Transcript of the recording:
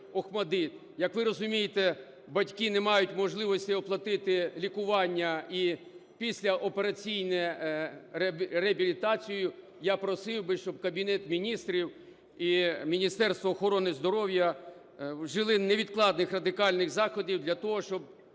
Як ви розумієте, батьки не мають можливості оплатити лікування і післяопераційну реабілітацію. Я просив би, щоб Кабінет Міністрів і Міністерство охорони здоров'я вжили невідкладних радикальних заходів для того, щоб